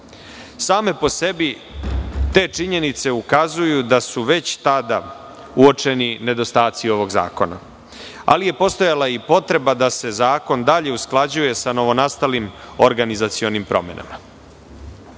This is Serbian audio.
po sebi te činjenice ukazuju da su već tada uočeni nedostaci ovog zakona. Ali je postojala i potreba da se zakon dalje usklađuje sa novonastalim organizacionim promenama.